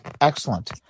Excellent